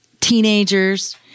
teenagers